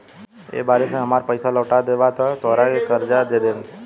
एक बरिस में हामार पइसा लौटा देबऽ त तोहरा के कर्जा दे देम